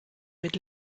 mit